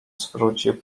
zwrócił